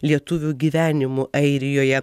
lietuvių gyvenimu airijoje